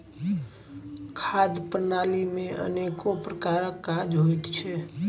खाद्य प्रणाली मे अनेको प्रकारक काज होइत छै